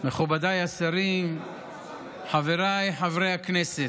מכובדיי השרים, חבריי חברי הכנסת.